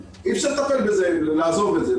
אי אפשר לעזוב את זה,